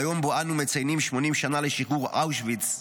ביום שבו אנו מציינים 80 שנה לשחרור אושוויץ,